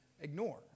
ignore